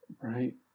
Right